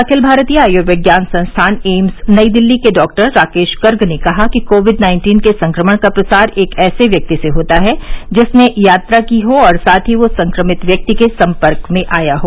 अखिल भारतीय आयुर्विज्ञान संस्थान एम्स नई दिल्ली के डॉक्टर राकेश गर्ग ने कहा कि कोविड नाइन्टीन के संक्रमण का प्रसार एक ऐसे व्यक्ति से होता है जिसने यात्रा की हो और साथ ही वह संक्रमित व्यक्ति के सम्पर्क में आया हो